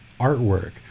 artwork